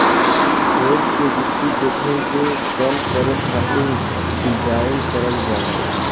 hedge के वित्तीय जोखिम के कम करे खातिर डिज़ाइन करल जाला